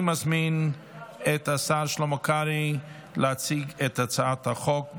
אני מזמין את השר שלמה קרעי להציג את הצעת החוק.